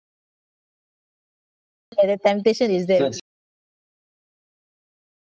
ya the temptation is there